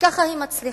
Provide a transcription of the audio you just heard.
כך היא מצליחה,